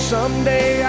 Someday